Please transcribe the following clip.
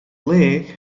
leigh